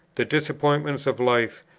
the disappointments of life,